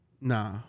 Nah